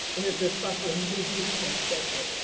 it has been properly moved and second,